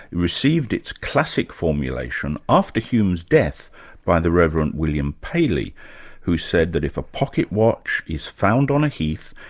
it received its classic formulation after hume's death by the reverend william paley who said that if a pocket watch is found on a heath,